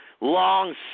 long